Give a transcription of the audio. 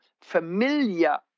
familiar